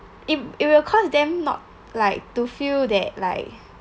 it it will cause them not like to feel that like